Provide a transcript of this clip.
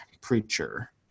Preacher